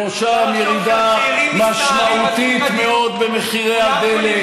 בראשם ירידה משמעותית מאוד במחירי הדלק,